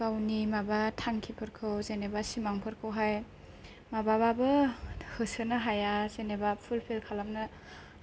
गावनि माबा थांखिफोरखौ जेनोबा सिमांफोरखौ हाय माबाबाबो होसोनो हाया जेनोबा फुलफिल खालामनो